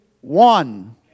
One